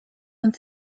und